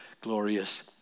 glorious